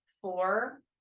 four